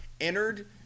entered